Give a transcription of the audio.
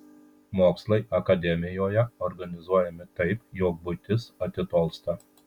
mokslai akademijoje organizuojami taip jog buitis atitolsta